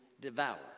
devour